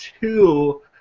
two